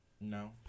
No